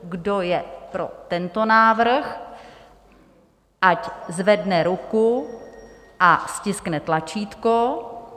Kdo je pro tento návrh, ať zvedne ruku a stiskne tlačítko.